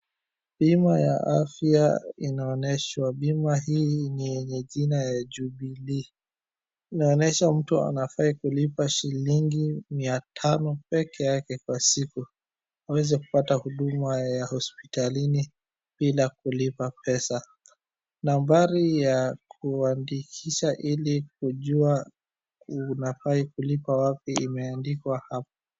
Bima ya afya inaonyeshwa, bima hii ni yenye jina ya Jubilee. Inaonyesha mtu anafaa kulipa shilingi mia tano peke yake kwa siku, uweze kupata huduma ya hospitalini bila kulipa pesa. Nambari ya kuandikisha ili kujua unafaa kulipa wapi imeandikwa hapo.